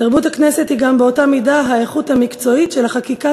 תרבות הכנסת היא גם באותה מידה האיכות המקצועית של החקיקה